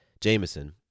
Jameson